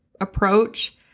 approach